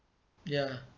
ya